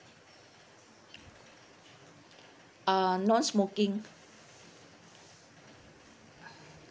uh non-smoking